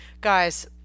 guys